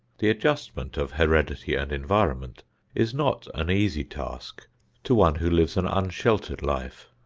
the adjustment of heredity and environment is not an easy task to one who lives an unsheltered life.